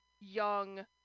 young